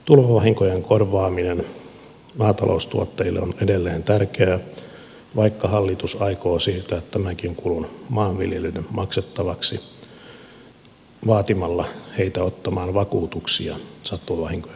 tulvavahinkojen korvaaminen maataloustuottajille on edelleen tärkeää vaikka hallitus aikoo siirtää tämänkin kulun maanviljelijöiden maksettavaksi vaatimalla heitä ottamaan vakuutuksia satovahinkojen varalle